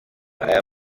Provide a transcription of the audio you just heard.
aya